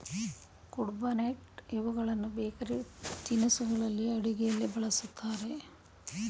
ಕುಡ್ಪನಟ್ ಇವುಗಳನ್ನು ಬೇಕರಿ ತಿನಿಸುಗಳಲ್ಲಿ, ಅಡುಗೆಯಲ್ಲಿ ಬಳ್ಸತ್ತರೆ